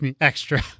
extra